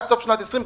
עד סוף שנת 2020,